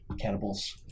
Cannibals